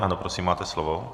Ano, prosím, máte slovo.